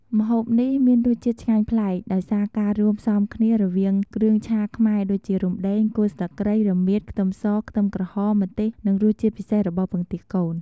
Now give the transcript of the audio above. ម្ហូបនេះមានរសជាតិឆ្ងាញ់ប្លែក ដោយសារការរួមផ្សំគ្នារវាង គ្រឿងឆាខ្មែរដូចជា រំដេង គល់ស្លឹកគ្រៃ រមៀត ខ្ទឹមស ខ្ទឹមក្រហម ម្ទេស និង រសជាតិពិសេសរបស់ពងទាកូន។